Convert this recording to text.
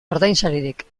ordainsaririk